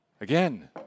again